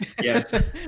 Yes